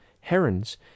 herons